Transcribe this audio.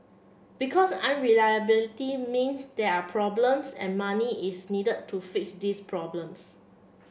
because unreliability mean there are problems and money is need to fix these problems